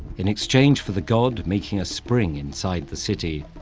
in exchange for the god making a spring inside the city,